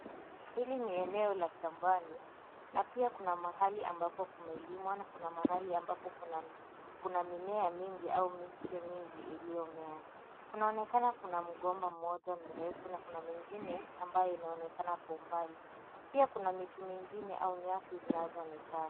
Hili ni eneo la shambani na pia kuna mahali ambapo kumelimwa na kuna mahali ambapo kuna mimea mingi au miche mingi iliyomea. Kunaonekana kuna mgomba mmoja mrefu na kuna mengine ambayo inaonekana kwa umbali. Pia kuna miti mingine au nyasi zinazoonekana.